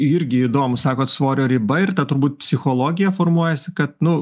irgi įdomu sakot svorio riba ir ta turbūt psichologija formuojasi kad nu